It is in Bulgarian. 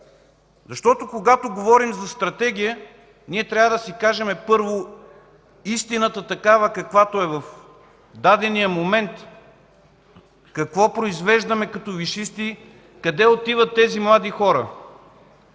реч? Когато говорим за стратегия, трябва да си кажем първо истината такава, каквато е в дадения момент – какво произвеждаме като висшисти, къде отиват тези млади хора.